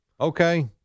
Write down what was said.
Okay